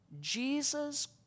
Jesus